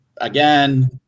again